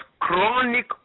chronic